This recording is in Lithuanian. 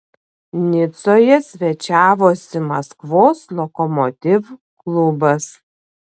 nicoje svečiavosi maskvos lokomotiv klubas